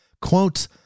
Quote